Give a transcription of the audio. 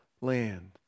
land